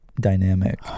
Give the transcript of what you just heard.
dynamic